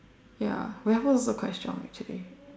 ya Raffles also quite strong actually